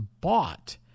bought